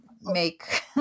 make